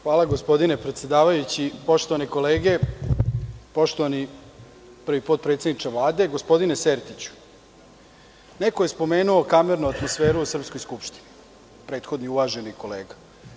Hvala gospodine predsedavajući, poštovane kolege, poštovani prvi potredsedniče Vlade, gospodine Sertiću, neko je spomenuo kamernu atmosferu u srpskoj Skupštini, prethodni uvaženi kolega.